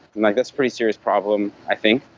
like that's pretty serious problem, i think,